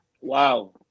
Wow